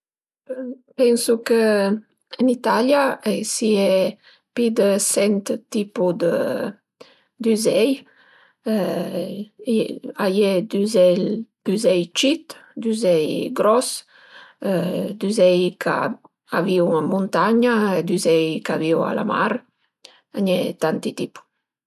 Pensu che ën Italia a i sie pi dë sent tipu dë üzei, a ie d'üzei cit, d'üzei gros, d'üzei ch'a vivu ën muntagna e d'üzei ch'a vive a la mar, a i n'a ie dë tanti tipu